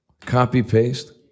copy-paste